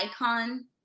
icon